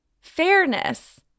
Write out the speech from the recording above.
fairness